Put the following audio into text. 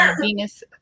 venus